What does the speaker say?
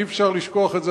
אי-אפשר לשכוח את זה,